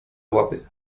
łapy